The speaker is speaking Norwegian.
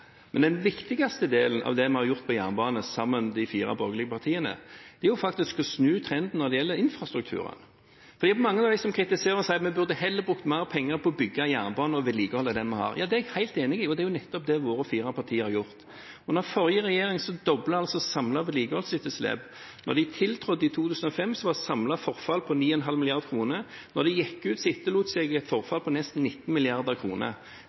Men den viktigste delen av det vi, de fire borgerlige partiene, har gjort sammen på jernbane, er faktisk å snu trenden når det gjelder infrastrukturen. Mange kritiserer oss og sier at vi heller burde brukt mer penger på å bygge jernbane og vedlikeholde det vi har. Det er jeg helt enig i, og det er nettopp det våre fire partier har gjort. Under den forrige regjeringen doblet det samlede vedlikeholdsetterslepet seg. Da de tiltrådte i 2005, var samlet forfall på 9,5 mrd. kr, og da de gikk ut, etterlot de seg et forfall på nesten 19